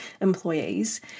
employees